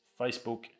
Facebook